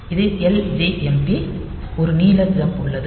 இது ljmp ஒரு நீள ஜம்ப் உள்ளது